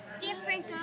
Different